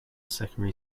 secondary